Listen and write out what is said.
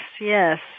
yes